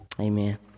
Amen